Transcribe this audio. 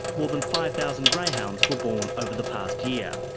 more than five thousand greyhounds were born over the past year.